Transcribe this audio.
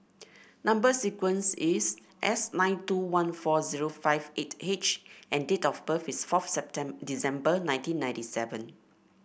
number sequence is S nine two one four zero five eight H and date of birth is fourth December nineteen ninety seven